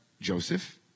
Joseph